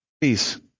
Peace